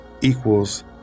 equals